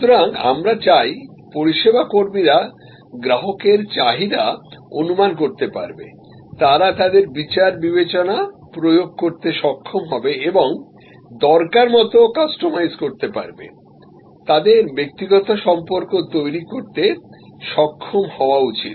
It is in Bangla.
সুতরাং আমরা চাই পরিষেবা কর্মীরা গ্রাহকের চাহিদা অনুমান করতে পারবে তারা তাদের বিচার বিবেচনা প্রয়োগ করতে সক্ষম হবে এবং দরকার মত কাস্টমাইজ করতে পারবে তাদের ব্যক্তিগত সম্পর্ক তৈরি করতে সক্ষম হওয়া উচিত